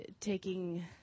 taking